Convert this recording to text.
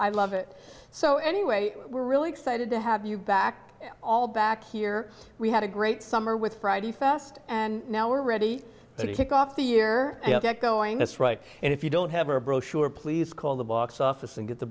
i love it so anyway we're really excited to have you back all back here we had a great summer with friday fast and now we're ready to kick off the year get going that's right and if you don't have a brochure please call the box office and get the